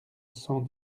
cent